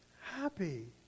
happy